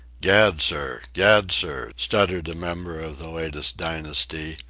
gad, sir! gad, sir! stuttered a member of the latest dynasty,